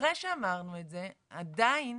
אחרי שאמרנו את זה, עדיין